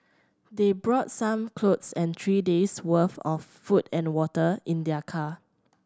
they brought some clothes and three day's worth of food and water in their car